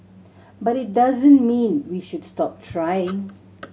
but it doesn't mean we should stop trying